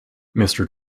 mister